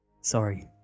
Sorry